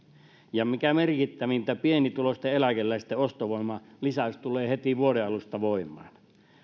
ja mikä merkittävintä pienituloisten eläkeläisten ostovoiman lisäys tulee heti vuoden alusta voimaan